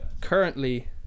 currently